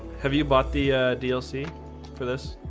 have you bought the dlc for this